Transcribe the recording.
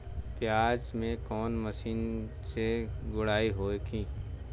प्याज में कवने मशीन से गुड़ाई होई?